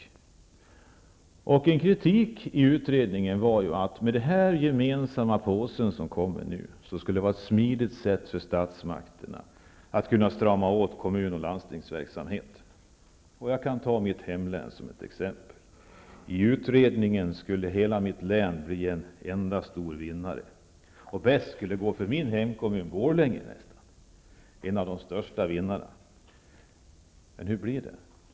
En kritik som framfördes mot utredningen var, att det med den gemensamma påse som nu införs skapas ett smidigt sätt för statsmakterna att kunna strama åt kommun och landstingsverksamhet. Jag kan ta mitt hemlän som exempel. Enligt utredningen skulle hela mitt hemlän bli en enda stor vinnare. Bäst skulle det gå för min hemkommun Borlänge, som skulle bli en av de största vinnarna. Men hur blir det?